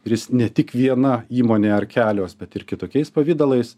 ir jis ne tik viena įmonė ar kelios bet ir kitokiais pavidalais